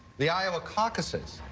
the iowa caucuses.